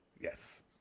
Yes